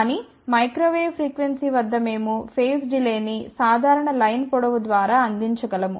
కానీ microwave frequency వద్ద మేము ఫేస్ డిలే ని సాధారణ పంక్తి పొడవు ద్వారా అందించగలము